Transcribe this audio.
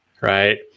right